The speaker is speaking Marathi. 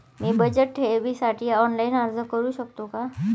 मी बचत ठेवीसाठी ऑनलाइन अर्ज करू शकतो का?